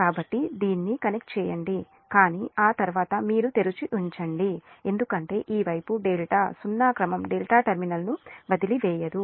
కాబట్టి దీన్ని కనెక్ట్ చేయండి కానీ ఆ తర్వాత మీరు తెరిచి ఉంచండి ఎందుకంటే ఈ వైపు డెల్టా సున్నా క్రమం ∆ టెర్మినల్ను వదిలివేయదు